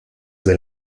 del